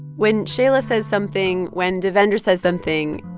when shaila says something, when devendra says something,